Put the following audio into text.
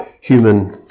human